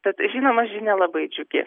tad žinoma žinia labai džiugi